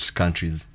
countries